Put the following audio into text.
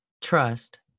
trust